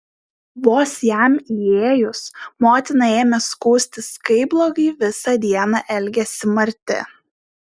vos jam įėjus motina ėmė skųstis kaip blogai visą dieną elgėsi marti